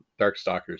Darkstalkers